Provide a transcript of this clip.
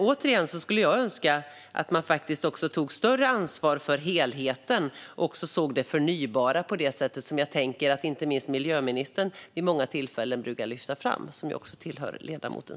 Återigen - jag skulle önska att man tog större ansvar för helheten och såg det förnybara på det sätt som inte minst miljöministern, som tillhör ledamotens parti, brukar lyfta fram vid många tillfällen.